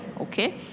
okay